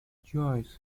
joyce